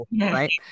right